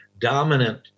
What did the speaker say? dominant